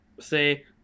say